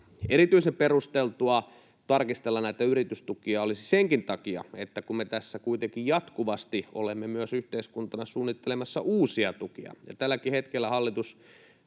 Erityisen perusteltua olisi tarkistella näitä yritystukia senkin takia, että kun me tässä kuitenkin jatkuvasti olemme myös yhteiskuntana suunnittelemassa uusia tukia — tälläkin hetkellä hallitus